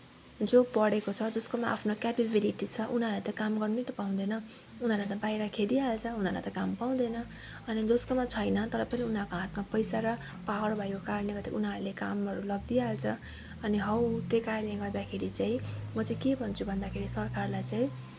जो पढेको छ जसकोमा आफ्नो क्यापेबिलिटी छ उनीहरू त काम गर्नै त पाउँदैन उनीहरूलाई त बाहिर खेदिहाल्छ उनीहरूलाई त काम पाउँदैन अनि जसकोमा छैन तर फेरि उनीहरूको हातमा पैसा र पावर भएको कारणले गर्दा उनीहरूले कामहरू लगिदिइ हाल्छ अनि हौ त्यो कारणले गर्दाखेरि चाहिँ म चाहिँ के भन्छु भन्दाखेरि सरकारलाई चाहिँ